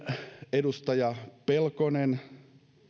edustaja pelkoselle